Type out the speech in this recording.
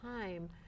time